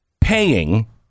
paying